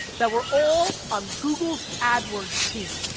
that were all on google's adwords team.